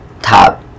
top